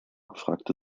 fragte